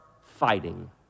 fighting